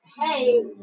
hey